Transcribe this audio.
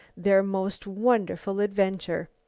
their most wonderful adventure.